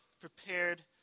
prepared